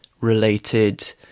related